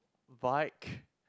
bike